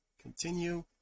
continue